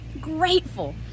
grateful